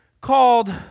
called